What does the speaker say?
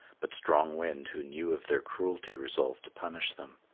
but strong wind, who knew of their cruelty, resolved to punish them.